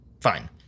fine